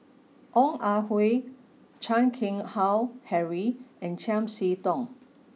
Ong Ah Hoi Chan Keng Howe Harry and Chiam See Tong